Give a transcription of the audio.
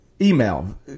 email